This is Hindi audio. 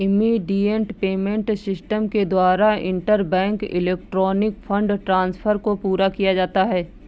इमीडिएट पेमेंट सिस्टम के द्वारा इंटरबैंक इलेक्ट्रॉनिक फंड ट्रांसफर को पूरा किया जाता है